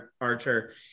archer